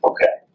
Okay